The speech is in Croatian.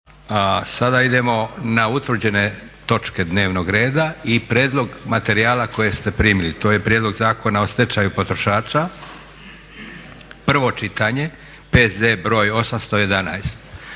sada idemo na utvrđene točke dnevnog reda i prijedlog materijala koje ste primili, to je: - Prijedlog Zakona o stečaju potrošača, prvo čitanje, P.Z.BR.811.